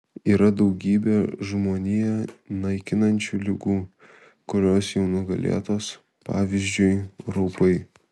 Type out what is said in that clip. yra daugybė žmoniją naikinančių ligų kurios jau nugalėtos pavyzdžiui raupai